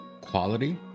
quality